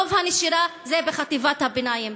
רוב הנשירה היא בחטיבת הביניים.